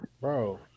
bro